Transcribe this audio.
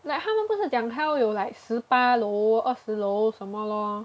like 他们不是讲 hell 有 like 十八楼二十楼什么 lor